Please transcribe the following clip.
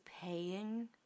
paying